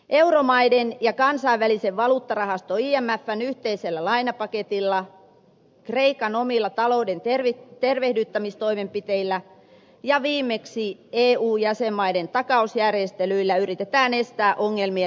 euromaiden ja kansainvälisen valuuttarahaston imfn yhteisellä lainapaketilla kreikan omilla talouden tervehdyttämistoimenpiteillä ja viimeksi eu jäsenmaiden takausjärjestelyillä yritetään estää ongelmien leviäminen